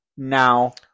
now